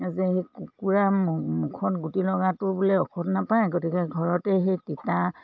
যে সেই কুকুৰা মূ মুখত গুটি লগাটোৰ বোলে ঔষধ নাপায় গতিকে ঘৰতে সেই তিতা